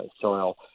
soil